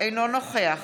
אינו נוכח